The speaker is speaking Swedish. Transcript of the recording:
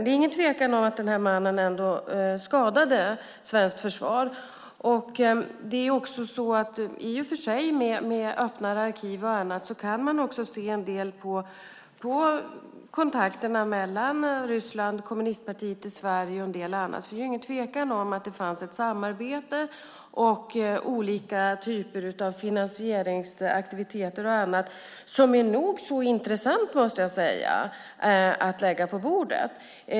Det är ingen tvekan om att den här mannen ändå skadade svenskt försvar. I och för sig kan man med öppnare arkiv och annat också se en del på kontakterna mellan Ryssland, Kommunistpartiet i Sverige och en del annat. Det är ingen tvekan om att det fanns ett samarbete med olika typer av finansieringsaktiviteter och annat som är nog så intressant att lägga på bordet.